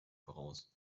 voraus